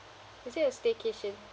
it's just a staycation